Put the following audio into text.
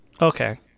Okay